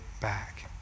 back